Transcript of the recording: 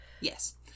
Yes